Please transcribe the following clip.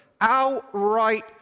Outright